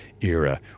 era